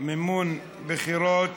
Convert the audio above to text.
(מימון בחירות)